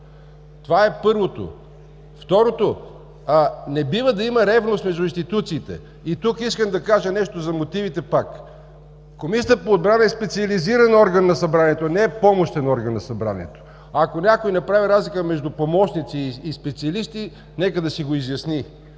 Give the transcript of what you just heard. като лицето Явор Матеев. Не бива да има ревност между институциите! Искам пак да кажа нещо за мотивите. Комисията по отбрана е специализиран орган на Събранието, не е помощен орган на Събранието. Ако някой не прави разлика между помощници и специалисти, нека да си го изясни!